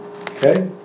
Okay